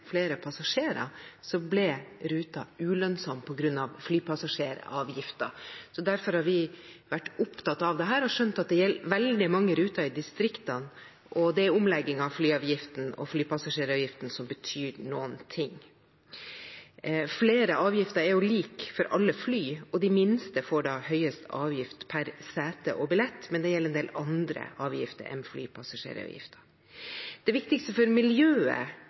ulønnsom på grunn av flypassasjeravgiften. Derfor har vi vært opptatt av dette og skjønt at det gjelder veldig mange ruter i distriktene, og det er omleggingen av flyavgiften og flypassasjeravgiften som betyr noe. Flere avgifter er jo like for alle fly. De minste får da høyest avgift per sete og billett, men det gjelder en del andre avgifter enn flypassasjeravgift. Det viktigste for miljøet